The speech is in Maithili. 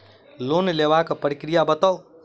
लोन लेबाक प्रक्रिया बताऊ?